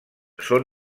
són